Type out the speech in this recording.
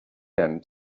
him